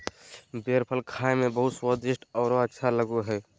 बेर फल खाए में बहुत स्वादिस्ट औरो अच्छा लगो हइ